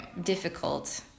difficult